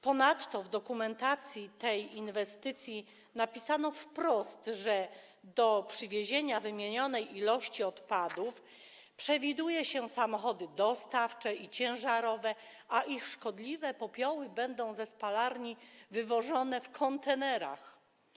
Ponadto w dokumentacji tej inwestycji napisano wprost, że do przywiezienia wymienionej ilości odpadów przewiduje się samochody dostawcze i ciężarowe, a szkodliwe popioły również będą ze spalarni wywożone w kontenerach.